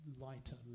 lighter